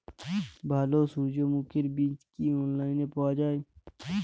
ভালো সূর্যমুখির বীজ কি অনলাইনে পাওয়া যায়?